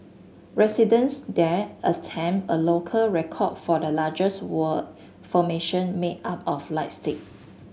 residents there attempt a local record for the largest word formation made up of light stick